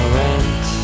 rent